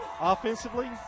Offensively